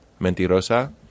Mentirosa